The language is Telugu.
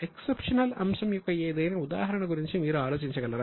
ఎక్సెప్షనల్ అంశం యొక్క ఏదైనా ఉదాహరణ గురించి మీరు ఆలోచించగలరా